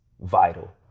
vital